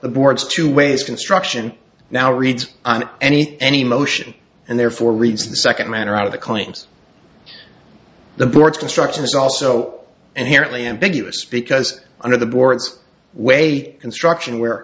the board's two ways construction now reads on anything any motion and therefore reads in the second manner out of the coins the board construction is also and here only ambiguous because under the boards way construction where